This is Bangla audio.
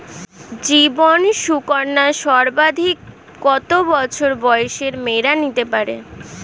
জীবন সুকন্যা সর্বাধিক কত বছর বয়সের মেয়েরা নিতে পারে?